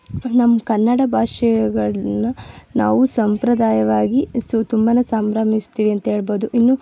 ನಮ್ಮ ಕನ್ನಡ ಭಾಷೆಗಳನ್ನ ನಾವು ಸಂಪ್ರದಾಯವಾಗಿ ಸು ತುಂಬನೆ ಸಂಭ್ರಮಿಸ್ತೀವಿ ಅಂಥೇಳ್ಬೊದು ಇನ್ನು